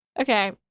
Okay